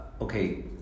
Okay